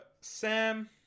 sam